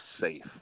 Safe